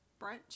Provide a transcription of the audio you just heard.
brunch